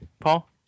Paul